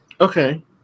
Okay